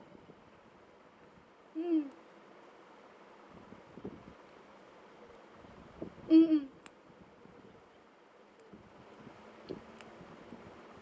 mm mm mm